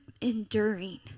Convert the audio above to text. enduring